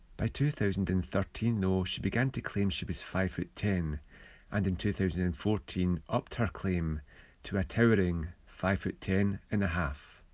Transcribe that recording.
by two thousand and thirteen, though, she began to claim she was five foot ten and in two thousand and fourteen, upped her claim to a towering five foot ten and a half.